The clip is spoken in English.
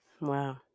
wow